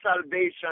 salvation